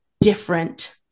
different